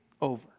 over